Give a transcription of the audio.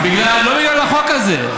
לא בגלל החוק הזה.